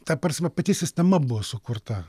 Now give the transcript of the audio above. ta prasme pati sistema buvo sukurta